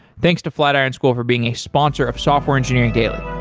thanks to flatiron school for being a sponsor of software engineering daily